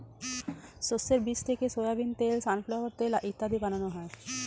শস্যের বীজ থেকে সোয়াবিন তেল, সানফ্লাওয়ার তেল ইত্যাদি বানানো হয়